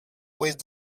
weighs